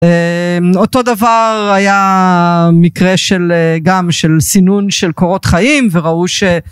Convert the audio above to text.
אותו דבר היה מקרה של גם של סינון של קורות חיים וראו ש..